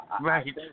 Right